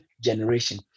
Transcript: generation